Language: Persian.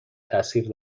تاثیر